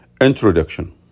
Introduction